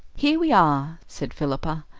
here we are, said philippa,